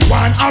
one